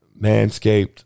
Manscaped